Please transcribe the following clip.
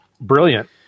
brilliant